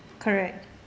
correct